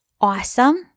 awesome